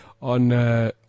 on